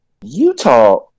Utah